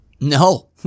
no